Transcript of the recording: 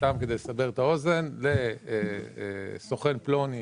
סתם כדי לסבר את האוזן, לסוכן פלוני